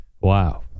Wow